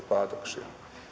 päätöksiä